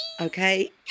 Okay